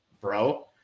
bro